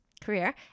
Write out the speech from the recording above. career